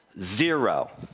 Zero